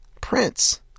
Prince